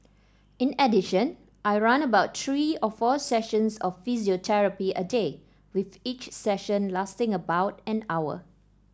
in addition I run about three or four sessions of physiotherapy a day with each session lasting about an hour